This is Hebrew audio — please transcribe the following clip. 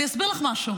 אני אסביר לך משהו.